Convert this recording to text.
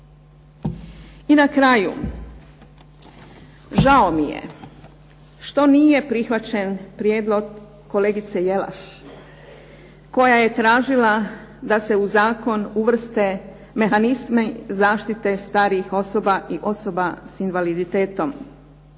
I na kraju, žao mi je što nije prihvaćen prijedlog kolegice Jelaš, koja je tražila da se u zakon uvrste mehanizmi zaštite starijih osoba i osoba sa invaliditetom.